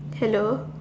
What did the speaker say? hello